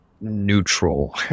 neutral